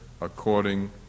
according